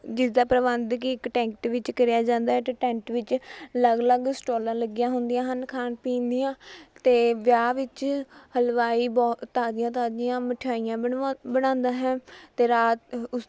ਜਿਸਦਾ ਪ੍ਰਬੰਧ ਕਿ ਇੱਕ ਟੈਂਟ ਵਿੱਚ ਕਰਿਆ ਜਾਂਦਾ ਹੈ ਅਤੇ ਟੈਂਟ ਵਿੱਚ ਅਲੱਗ ਅਲੱਗ ਸਟੋਲਾਂ ਲੱਗੀਆਂ ਹੁੰਦੀਆਂ ਹਨ ਖਾਣ ਪੀਣ ਦੀਆਂ ਅਤੇ ਵਿਆਹ ਵਿੱਚ ਹਲਵਾਈ ਬਹੁ ਤਾਜ਼ੀਆਂ ਤਾਜ਼ੀਆਂ ਮਿਠਾਈਆਂ ਬਣਵਾਉ ਬਣਾਉਂਦਾ ਹੈ ਅਤੇ ਰਾਤ ਉ ਉਸ